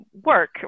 work